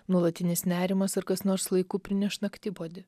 nuolatinis nerimas ar kas nors laiku prineš naktipuodį